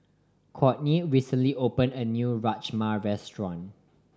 Cortney recently opened a new Rajma Restaurant